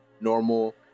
normal